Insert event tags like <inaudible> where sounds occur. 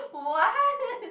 what <laughs>